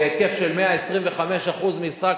בהיקף של 125% משרה,